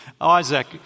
Isaac